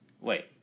Wait